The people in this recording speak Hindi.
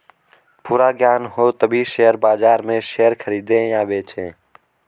पूरा ज्ञान हो तभी शेयर बाजार में शेयर खरीदे या बेचे